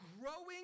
growing